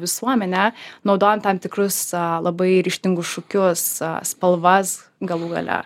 visuomenę naudojant tam tikrus labai ryžtingus šūkius spalvas galų gale